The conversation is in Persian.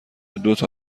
دوتا